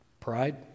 Pride